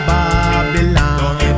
Babylon